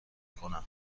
کنم